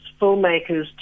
filmmakers